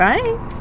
Bye